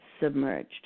submerged